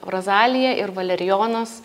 razalija ir valerijonas